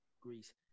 Greece